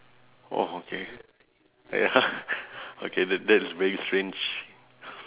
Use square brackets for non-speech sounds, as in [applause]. !wah! okay ya [laughs] okay that that is very strange